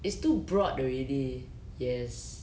it's too broad already yes